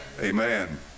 Amen